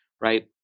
right